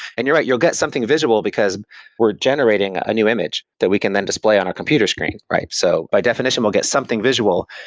and you're right. you'll get something visual, because we're generating a new image that we can then display on our computer screen, right? so by definition, we'll get something visual.